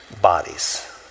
bodies